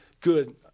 good –